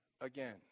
again